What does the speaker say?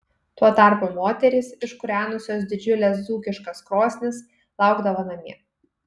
tuo tarpu moterys iškūrenusios didžiules dzūkiškas krosnis laukdavo namie